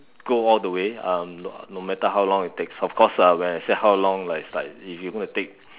go all the way um no matter how long it takes of course uh when I say how long like it's like if you're going to take